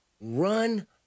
Run